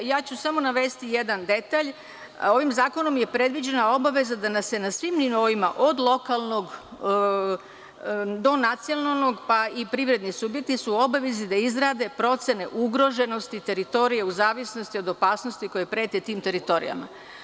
Samo ću navesti jedan detalj, ovim zakonom je predviđena obaveza da se na svim nivoima od lokalnog, do nacionalnog, pa i privredni subjekti su u obavezi da izrade procene ugroženosti teritorija u zavisnosti od opasnosti koje prete tim teritorijama.